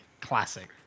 classic